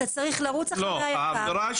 אתה צריך לרוץ אחרי היק"ר,